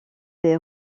des